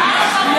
שומעים,